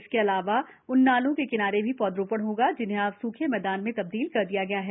इसके अलावाउन नालों के किनारे भी पौधरोपण होगा जिन्हें अब सूखे मैदान में तब्दील कर दिया गया है